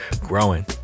growing